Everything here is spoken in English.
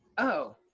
oh,